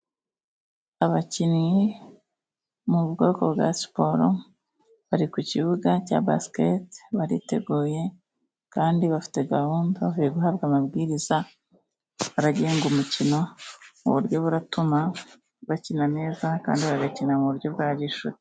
abakinnyi mu bwoko bwa siporo bari ku kibuga cya basiketi, bariteguye kandi bafite gahunda yo guhabwa amabwiriza agenga umukino mu buryo butuma bakina neza kandi bagakina mu buryo bwa gishuti.